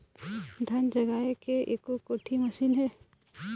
धान जगाए के एको कोठी मशीन हे?